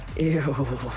Ew